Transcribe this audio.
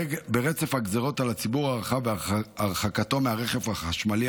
ברצף הגזרות על הציבור הרחב והרחקתו מהרכב החשמלי